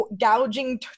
gouging